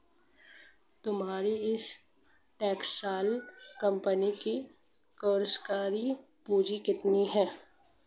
तुम्हारी इस textile company की कार्यशील पूंजी कितनी है?